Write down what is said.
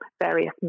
various